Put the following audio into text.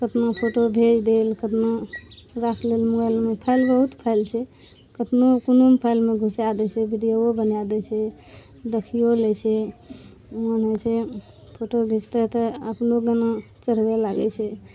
कतना फोटो भेज देलक कतना राखि लेलक मोबाइलमे फाइल बहुत फाइल छै कतनो कोनो फाइलमे घुसा दै छै वीडियोए बना दै छै देखियो लै छै मोन होइ छै फोटो घीचतै तऽ अपनो गाना चढ़बै लागै छै